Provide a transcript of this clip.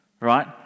Right